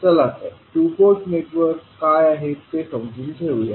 चला तर two port network काय आहेत ते समजून घेऊया